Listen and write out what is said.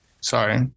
Sorry